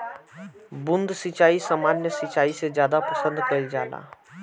बूंद सिंचाई सामान्य सिंचाई से ज्यादा पसंद कईल जाला